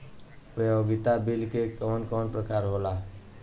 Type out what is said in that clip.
उपयोगिता बिल के कवन कवन प्रकार होला?